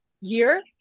year